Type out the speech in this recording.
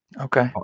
Okay